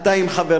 אתה עם חבריך,